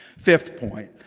fifth point,